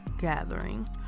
gathering